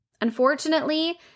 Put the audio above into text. Unfortunately